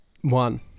One